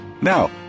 Now